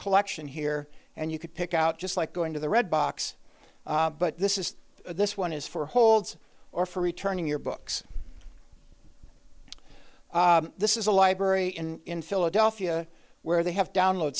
collection here and you could pick out just like going to the red box but this is this one is for holds or for returning your books this is a library in philadelphia where they have download